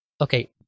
Okay